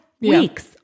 weeks